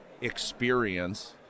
experience